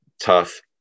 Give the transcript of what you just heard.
tough